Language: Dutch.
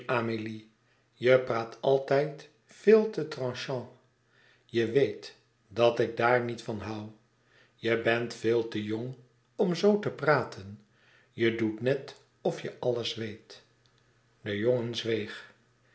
je praat altijd veel te tranchant je weet dat ik daar niet van hoû je bent veel te jong om zoo te praten je doet net of je alles weet de jongen zweeg